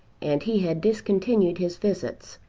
and he had discontinued his visits.